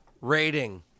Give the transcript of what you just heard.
rating